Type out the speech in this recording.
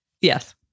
yes